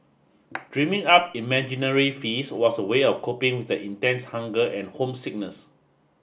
dreaming up imaginary feast was a way of coping with the intense hunger and homesickness